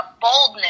boldness